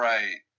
Right